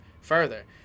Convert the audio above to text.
further